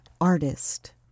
artist